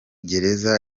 gereza